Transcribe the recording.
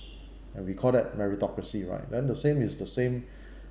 and we call that meritocracy right then the same is the same